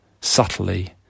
subtly